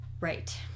Right